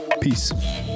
Peace